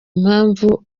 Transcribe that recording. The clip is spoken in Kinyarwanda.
impamvu